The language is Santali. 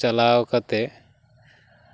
ᱪᱟᱞᱟᱣ ᱠᱟᱛᱮ